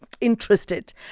interested